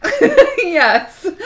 Yes